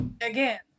Again